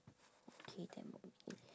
K ten more minute